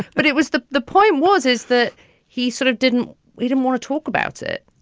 but it was the the point was, is that he sort of didn't we didn't want to talk about it